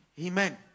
Amen